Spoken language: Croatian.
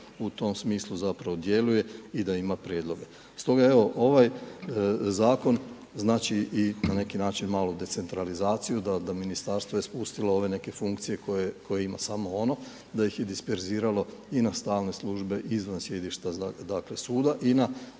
u tom smislu zapravo djeluje i da ima prijedloge. Stoga evo ovaj zakon znači na neki način malu decentralizaciju, da ministarstvo je spustilo ove neke funkcije koje ima samo ono, da ih je disperziralo i na stalne službe izvan sjedišta dakle suda i na